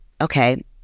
okay